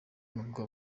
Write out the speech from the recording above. nubwo